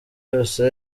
yose